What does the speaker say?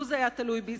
לו זה היה תלוי בי,